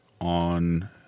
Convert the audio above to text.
on